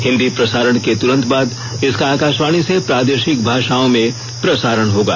हिन्दी प्रसारण के तुरंत बाद इसका आकाशवाणी से प्रार्दशिक भाषाओं में प्रसारण होगा